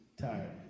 tired